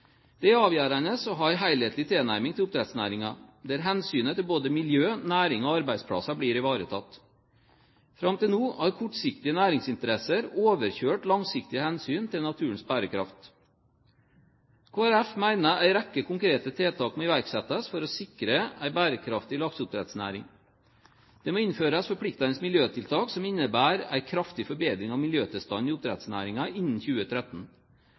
Det er avgjørende å ha en helhetlig tilnærming til oppdrettsnæringen, der hensynet til både miljø, næring og arbeidsplasser blir ivaretatt. Fram til nå har kortsiktige næringsinteresser overkjørt langsiktige hensyn til naturens bærekraft. Kristelig Folkeparti mener at en rekke konkrete tiltak må iverksettes for å sikre en bærekraftig lakseoppdrettsnæring. Det må innføres forpliktende miljøtiltak som innebærer en kraftig forbedring av miljøtilstanden i oppdrettsnæringen innen 2013.